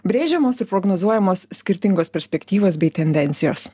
brėžiamos ir prognozuojamos skirtingos perspektyvos bei tendencijos